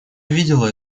видела